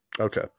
Okay